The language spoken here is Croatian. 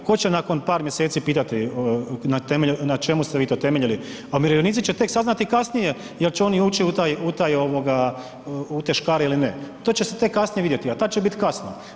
Tko će nakon par mjeseci pitati na čemu ste vi to temeljili, a umirovljenici će tek saznati kasnije jel će oni ući u taj, u taj ovoga, u te škare ili ne, to će se tek kasnije vidjeti, al tad će bit kasno.